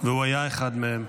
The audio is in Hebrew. והוא היה אחד מהם.